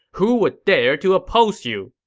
who would dare to oppose you?